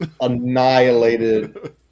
Annihilated